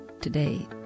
today